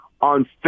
on